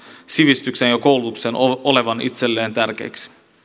sivistyksen ja koulutuksen olevan itselleen tärkeitä